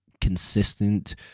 consistent